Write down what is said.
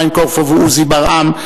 חיים קורפו ועוזי ברעם,